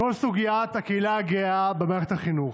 כל סוגיית הקהילה הגאה במערכת החינוך.